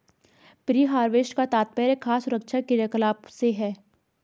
pre harvest का तात्पर्य खाद्य सुरक्षा क्रियाकलाप से है